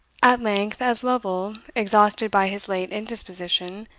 at length, as lovel, exhausted by his late indisposition,